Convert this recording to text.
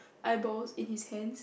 eyeballs in his hand